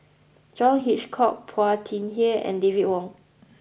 John Hitchcock Phua Thin Kiay and David Wong